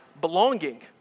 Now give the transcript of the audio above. belonging